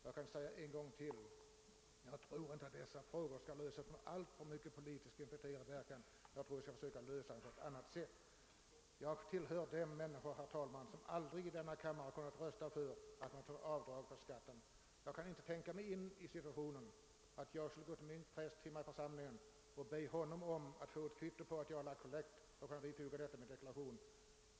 Jag vill ännu en gång säga att jag inte tror att dessa frågor skall lösas med alltför mycken politisk påverkan, utan jag tror att vi skall försöka lösa dem på annat sätt. Jag tillhör de människor, herr talman, som i denna kammare aldrig kommer att rösta för att få avdrag på skatten. Jag kan inte tänka mig in i en sådan situation att jag skulle gå till min präst hemma i församlingen och be honom om att få ett kvitto på att jag erlagt kollekt och sedan bifoga detta till min deklaration.